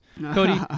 Cody